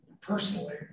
personally